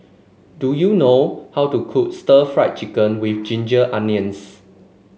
do you know how to cook stir Fry Chicken with Ginger Onions